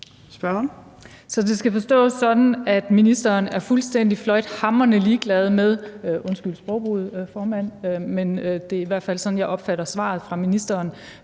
Så det skal forstås sådan, at ministeren er fuldstændig fløjtende ligeglad – undskyld sprogbrugen, formand. Det er i hvert fald sådan, jeg opfatter svaret fra ministeren,